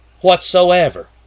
whatsoever